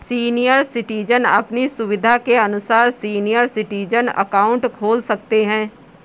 senior citizen अपनी सुविधा के अनुसार सीनियर सिटीजन अकाउंट खोल सकते है